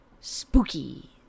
Spooky